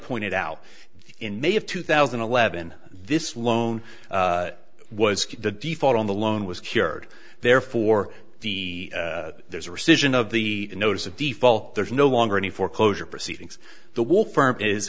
pointed out in may of two thousand and eleven this loan was the default on the loan was cured therefore the there's a rescission of the notice of default there's no longer any foreclosure proceedings the wall firm is